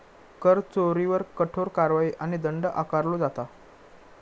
कर चोरीवर कठोर कारवाई आणि दंड आकारलो जाता